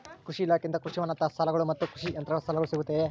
ಕೃಷಿ ಇಲಾಖೆಯಿಂದ ಕೃಷಿ ವಾಹನ ಸಾಲಗಳು ಮತ್ತು ಕೃಷಿ ಯಂತ್ರಗಳ ಸಾಲಗಳು ಸಿಗುತ್ತವೆಯೆ?